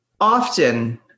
Often